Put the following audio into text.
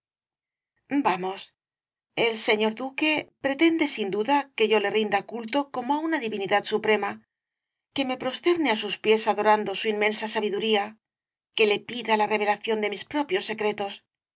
vamos el señor duque pretende sin duda que yo le rinda culto como á una divinidad suprema que me prosterne á sus pies adorando su inmensa sabiduría que le pida la revelación de mis propios secretos